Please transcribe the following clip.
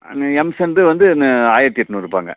M-sand வந்து ஆயரத்து எட்நூறுரூபாங்க